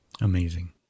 Amazing